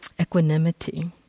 equanimity